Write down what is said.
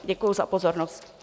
Děkuji za pozornost.